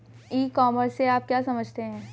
ई commerce से आप क्या समझते हैं?